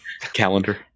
calendar